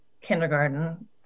kindergarten